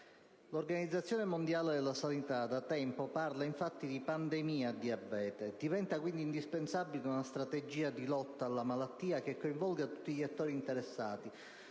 L'Organizzazione mondiale della sanità, infatti, parla da tempo di «pandemia diabete». Diventa, quindi, indispensabile una strategia di lotta alla malattia che coinvolga tutti gli attori interessati,